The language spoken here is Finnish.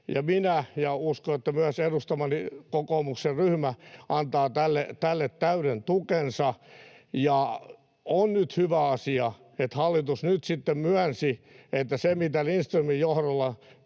— ja uskon, että myös edustamani kokoomuksen ryhmä antaa tälle täyden tukensa. On nyt hyvä asia, että hallitus nyt sitten myönsi, että se, mitä Lindströmin johdolla